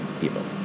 people